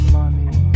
money